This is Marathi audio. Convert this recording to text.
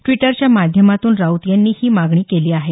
ड्वीटरच्या माध्यमातून राऊत यांनी ही मागणी केली आहे